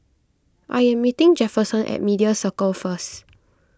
I am meeting Jefferson at Media Circle first